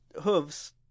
Hooves